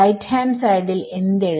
RHS ൽ എന്ത് എഴുതും